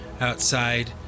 outside